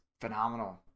phenomenal